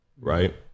Right